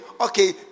Okay